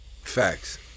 facts